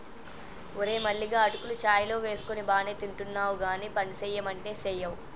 ఓరే మల్లిగా అటుకులు చాయ్ లో వేసుకొని బానే తింటున్నావ్ గానీ పనిసెయ్యమంటే సెయ్యవ్